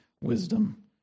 wisdom